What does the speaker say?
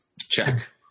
Check